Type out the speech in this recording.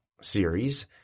series